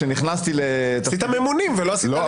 כשנכנסתי ל --- עשית ממונים ולא עשית --- לא,